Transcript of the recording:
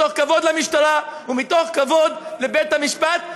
מתוך כבוד למשטרה ומתוך כבוד לבית-המשפט.